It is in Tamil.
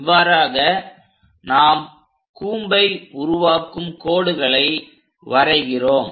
இவ்வாறாகவே நாம் கூம்பை உருவாக்கும் கோடுகளை வரைகிறோம்